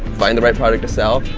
find the right product to sell,